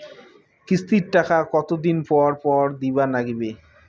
কিস্তির টাকা কতোদিন পর পর দিবার নাগিবে?